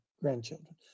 grandchildren